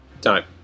Time